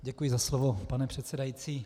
Děkuji za slovo, pane předsedající.